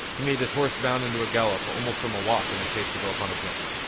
he made his horse bound into a gallop almost from a walk in his haste to go upon his mission.